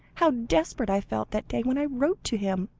how desperate i felt, that day when i wrote to him.